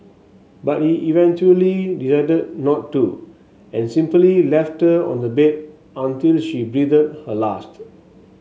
but he eventually decided not to and simply left her on the bed until she breathed her last